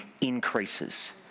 increases